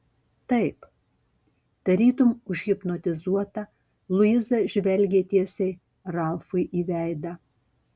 taip tarytum užhipnotizuota luiza žvelgė tiesiai ralfui į veidą